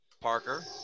Parker